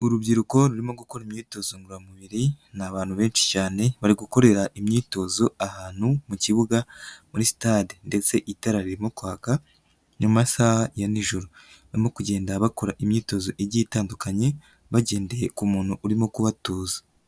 Urubyiruko rurimo gukora imyitozo ngororamubiri, ni abantu benshi cyane, bari gukorera imyitozo ahantu mu kibuga, muri sitade ndetse itara ririmo kwaka, ni mu masaha ya nijoro, barimo kugenda bakora imyitozo igiye itandukanye, bagendeye ku muntu urimo kubatuza.